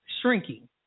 shrinking